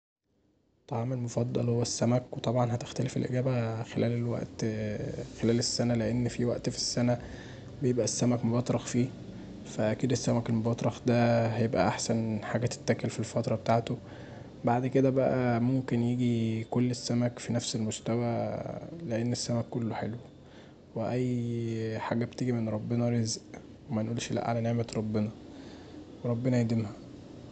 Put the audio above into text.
طعامي المفضل هو السمك وطبعا هتختلف الاجابه خلال وقت السنه لان فيه وقت في السنه بيبقي السمك مبطرخ فيه فأكيد السمك المبطرخ دا هيبقي احسن حاجه تتاكل في الفتره بتاعته، بعد كدا بقي ممكن يجي كل السمك في نفس المستوي لان السمك كله حلو، واي حاجه بتيجي من ربنا رزق ومنقولش لا علي نعمة ربنا، ربنا يديمها.